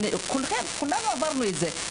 כולנו עברנו את זה.